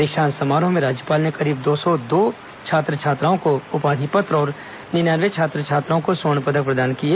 दीक्षांत समारोह में राज्यपाल ने करीब दो सौ दो छात्र छात्राओं को उपाधि पत्र और निन्यानवे छात्र छात्राओं को स्वर्ण पदक प्रदान किए